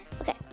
Okay